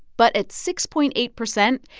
but at six point eight percent,